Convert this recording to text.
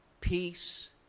peace